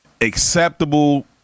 acceptable